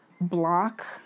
block